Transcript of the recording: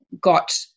got